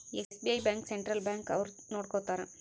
SBI bank central bank ಅವ್ರು ನೊಡ್ಕೋತರ